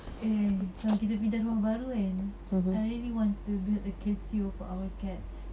eh kalau kita pindah rumah baru kan I really want to build a catio for our cats